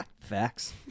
facts